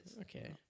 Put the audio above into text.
Okay